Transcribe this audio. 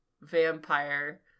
Vampire